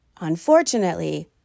unfortunately